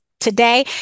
Today